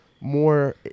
More